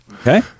Okay